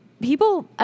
people